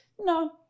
no